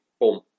boom